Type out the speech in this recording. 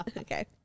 Okay